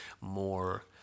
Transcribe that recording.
more